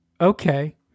okay